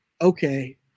okay